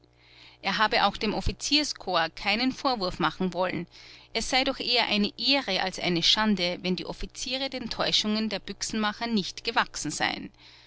er habe auch dem offizierkorps keinen vorwurf machen wollen es sei doch eher eine ehre als eine schande wenn die offiziere den täuschungen der büchsenmacher nicht gewachsen seien